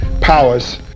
powers